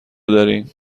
داریم